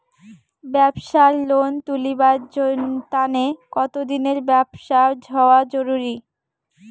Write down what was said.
ব্যাবসার লোন তুলিবার তানে কতদিনের ব্যবসা হওয়া জরুরি?